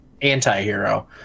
anti-hero